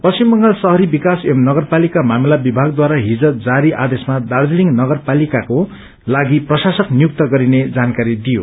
पश्चिम बंगाल शहरी विकास एवं नगरपालिका मामिला विभागद्वारा हिज जारी आदेशमा दार्जीलिङ नगरपालिकाको लागि प्रशासक नियुक्त गरिने जानकारी दिइयो